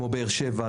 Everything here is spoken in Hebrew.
כמו באר שבע,